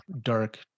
dark